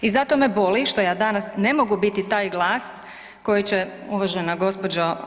I zato me boli što ja danas ne mogu biti taj glas koji će uvažena gđo.